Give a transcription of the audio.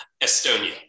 Estonia